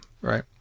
Right